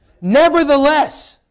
Nevertheless